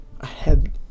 ahead